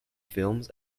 films